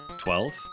Twelve